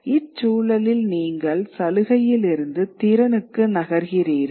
இச்சூழலில் நீங்கள் சலுகையிலிருந்து திறனுக்கு நகர்கிறீர்கள்